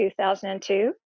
2002